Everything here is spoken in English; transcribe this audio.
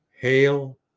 Hail